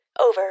over